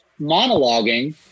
monologuing